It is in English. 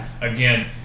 Again